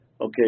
Okay